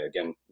again